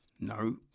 No